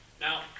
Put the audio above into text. Now